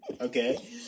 okay